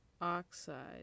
oxide